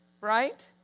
Right